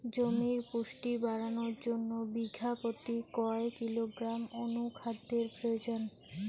জমির পুষ্টি বাড়ানোর জন্য বিঘা প্রতি কয় কিলোগ্রাম অণু খাদ্যের প্রয়োজন?